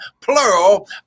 plural